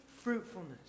fruitfulness